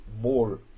more